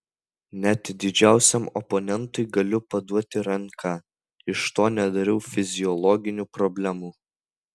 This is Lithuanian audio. net didžiausiam oponentui galiu paduoti ranką iš to nedarau fiziologinių problemų